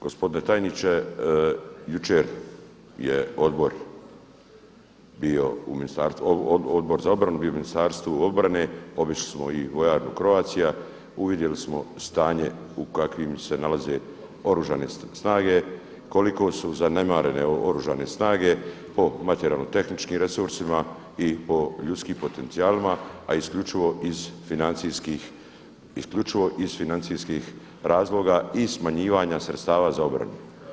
Gospodine tajniče, jučer je Odbor za obranu bio u Ministarstvu obrane, obišli smo i vojarnu Croatia, uvidjeli smo stanje u kakvim se nalaze oružane snage, koliko su zanemarene Oružane snage, po materijalno tehničkim resursima i po ljudskim potencijalima a isključivo iz financijskih, isključivo iz financijskih razloga i smanjivanja sredstava za obranu.